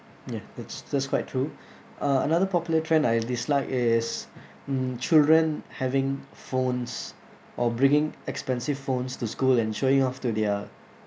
ya it's that's quite true uh another popular trend I disliked is mm children having phones or bringing expensive phones to school and showing off to their